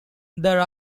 there